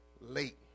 late